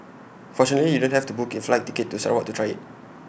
fortunately you don't have to book A flight ticket to Sarawak to try IT